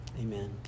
Amen